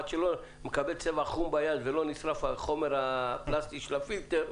עד שאדם לא קיבל צבע חום ביד ולא נשרף החום הפלסטי של הפילטר,